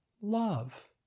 love